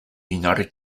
united